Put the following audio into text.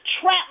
Trap